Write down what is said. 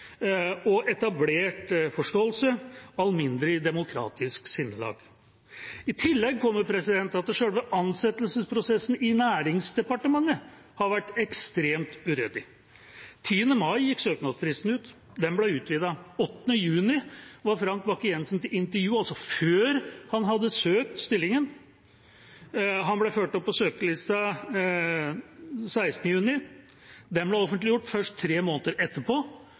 etablert forståelse og et alminnelig demokratisk sinnelag. I tillegg kommer at selve ansettelsesprosessen i Nærings- og fiskeridepartementet har vært ekstremt uryddig. Den 10. mai 2020 gikk søknadsfristen ut, men den ble utvidet. Den 8. juni var Frank Bakke-Jensen til intervju, altså før han hadde søkt på stillingen. Han ble ført opp på søkerlisten den 16. juni. Den listen ble offentliggjort først tre måneder etterpå.